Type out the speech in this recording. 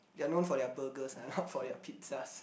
they're known for their burgers ah not their pizzas